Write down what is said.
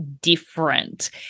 different